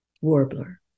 warbler